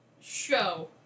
show